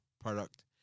product